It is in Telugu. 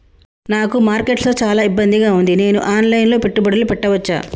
నాకు మార్కెట్స్ లో చాలా ఇబ్బందిగా ఉంది, నేను ఆన్ లైన్ లో పెట్టుబడులు పెట్టవచ్చా?